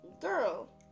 Girl